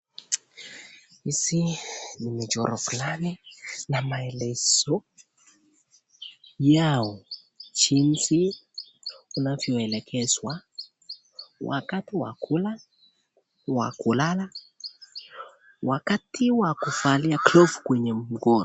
Hizi ni michoro fulani maelezo yao jinsi unavyo elekekezwa wakati wakula wakulala, wakati wa kuvalia glovu kwenye mkono .